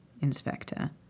Inspector